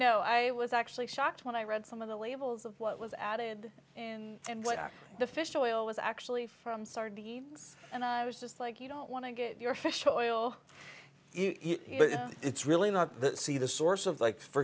know i was actually shocked when i read some of the labels of what was added and what the fish oil was actually from sardines and i was just like you don't want to get your fish oil if it's really not see the source of like for